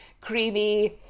creamy